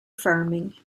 farming